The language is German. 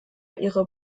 ihre